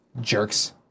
Jerks